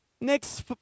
Next